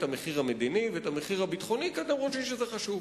המחיר המדיני ואת המחיר הביטחוני כי אתם חושבים שזה חשוב.